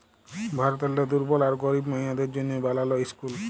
ভারতেরলে দুর্বল আর গরিব মাইয়াদের জ্যনহে বালাল ইসকুল